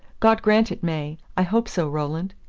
god grant it may! i hope so, roland.